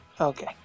Okay